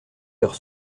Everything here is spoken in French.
leur